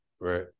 Right